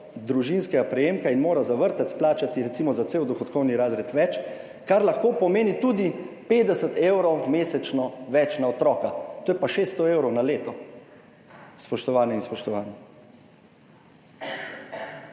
družinskega prejemka in mora za vrtec plačati recimo za cel dohodkovni razred več, kar lahko pomeni tudi 50 evrov mesečno več na otroka, to je pa 600 evrov na leto, spoštovane in spoštovani.